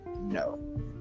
No